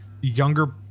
younger